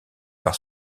par